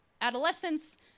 adolescence